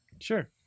Sure